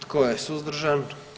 Tko je suzdržan?